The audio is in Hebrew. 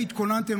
האם התכוננתם,